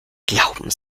glauben